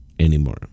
anymore